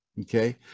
okay